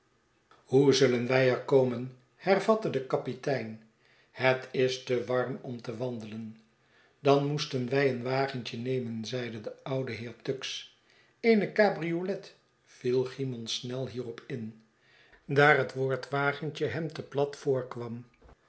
hoe zullen wij er komen hervatte de kapitein het is te warm om te wandelen dan moesten wij een wagentje nemen zeide de oude heer tuggs eene cabriolet viel cymon snel hierop in daar het woord wagentje hem te plat voorkwam